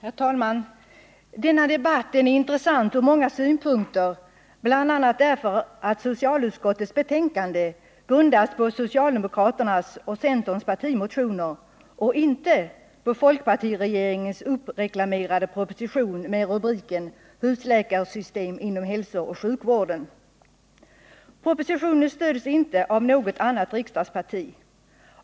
Herr talman! Denna debatt är intressant ur många synpunkter, bl.a. därför att socialutskottets betänkande grundas på socialdemokraternas och centerns partimotioner och inte på folkpartiregeringens uppreklamerade proposition med rubriken Husläkarsystem inom hälsooch sjukvården. Propositionen stöds inte av något annat riksdagsparti.